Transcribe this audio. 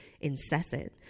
incessant